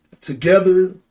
together